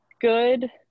good